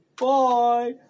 Bye